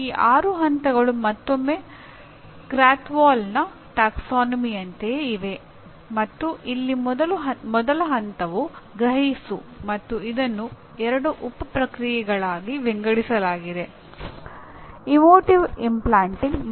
ಈ ಆರು ಹಂತಗಳು ಮತ್ತೊಮ್ಮೆ ಕ್ರಾಥ್ವೋಲ್ನ ಪ್ರವರ್ಗದಂತೆಯೇ ಇವೆ ಮತ್ತು ಇಲ್ಲಿ ಮೊದಲ ಹಂತವು "ಗ್ರಹಿಸು" ಮತ್ತು ಇದನ್ನು ಎರಡು ಉಪ ಪ್ರಕ್ರಿಯೆಗಳಾಗಿ ವಿಂಗಡಿಸಲಾಗಿದೆ ಎಮೋಟಿವ್ ಇಂಪ್ಲಾಂಟಿಂಗ್